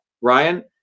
Ryan